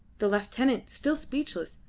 the lieutenant, still speechless,